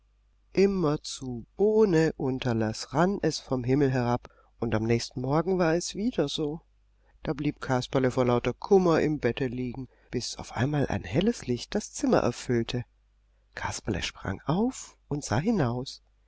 immerzu ohne unterlaß rann es vom himmel herab und am nächsten morgen war es wieder so da blieb kasperle vor lauter kummer im bette liegen bis auf einmal ein helles licht das zimmer erfüllte kasperle sprang auf und sah hinaus